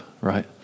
right